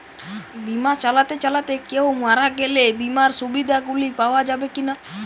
বিমা চালাতে চালাতে কেও মারা গেলে বিমার সুবিধা গুলি পাওয়া যাবে কি না?